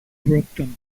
broughton